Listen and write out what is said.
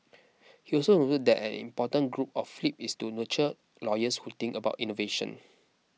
he also noted that important goal of Flip is to nurture lawyers who think about innovation